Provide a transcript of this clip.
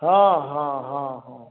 हॅं हॅं हॅं हॅं